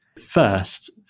First